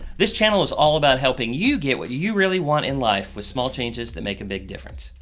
this channel is all about helping you get what you really want in life with small changes that make a big difference.